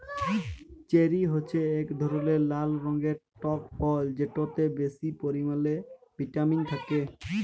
cherry হছে ইক ধরলের লাল রঙের টক ফল যেটতে বেশি পরিমালে ভিটামিল থ্যাকে